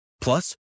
Plus